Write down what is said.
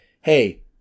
hey